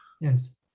Yes